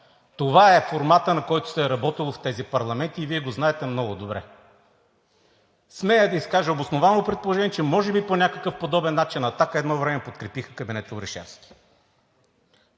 Това е форматът, в който се е работило в тези парламенти, и Вие го знаете много добре. Смея да изкажа обосновано предположение, че може би по някакъв подобен начин „Атака“ едно време подкрепиха кабинета Орешарски.